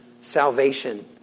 salvation